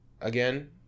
again